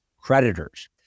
creditors